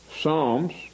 Psalms